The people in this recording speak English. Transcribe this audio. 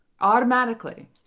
Automatically